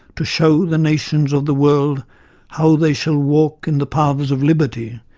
to show the nations of the world how they shall walk in the paths of liberty',